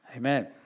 Amen